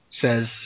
says